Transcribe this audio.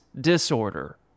disorder